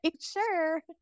Sure